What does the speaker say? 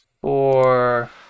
four